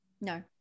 No